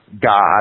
God